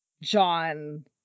John